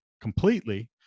completely